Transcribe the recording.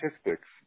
statistics